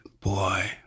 boy